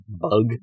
bug